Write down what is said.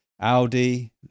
Audi